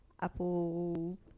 Apple